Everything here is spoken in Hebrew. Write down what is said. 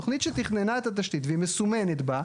תכנית שתכננה את התשתית והיא מסומנת בה,